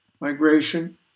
migration